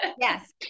Yes